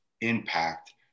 impact